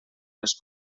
les